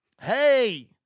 hey